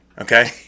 okay